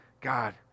God